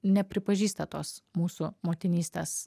nepripažįsta tos mūsų motinystės